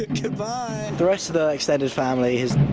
goodbye! and the rest of the extended family has